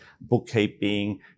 bookkeeping